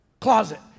Closet